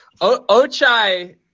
Ochai